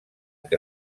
que